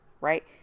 right